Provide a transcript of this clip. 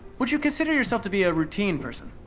would you consider yourself to be a routine person?